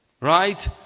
Right